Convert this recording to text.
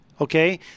Okay